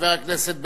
חבר הכנסת בן-ארי,